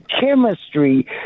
chemistry